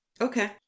Okay